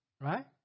Right